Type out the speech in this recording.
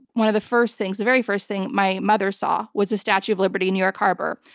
one of the first things, the very first thing my mother saw was the statue of liberty in new york harbor.